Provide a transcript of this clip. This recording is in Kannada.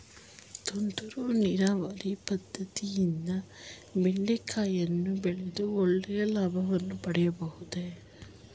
ತುಂತುರು ನೀರಾವರಿ ಪದ್ದತಿಯಿಂದ ಬೆಂಡೆಕಾಯಿಯನ್ನು ಬೆಳೆದು ಒಳ್ಳೆಯ ಲಾಭವನ್ನು ಪಡೆಯಬಹುದೇ?